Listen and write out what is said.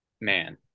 Man